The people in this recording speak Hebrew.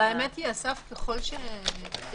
הישיבה ננעלה בשעה 11:15.